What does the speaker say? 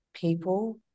people